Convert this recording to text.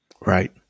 Right